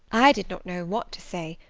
i did not know what to say,